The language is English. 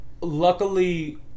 luckily